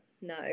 no